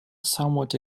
somewhat